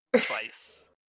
twice